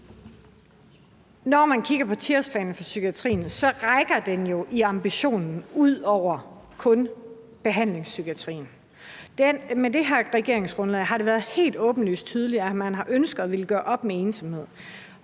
Når man kigger på 10-årsplanen for psykiatrien, rækker den jo i ambitionen ud over kun behandlingspsykiatrien. Med det her regeringsgrundlag har det været helt åbenlyst tydeligt, at man har ønsket at ville gøre op med ensomhed,